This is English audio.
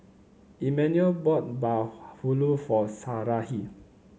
Emanuel bought bahulu for Sarahi